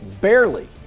barely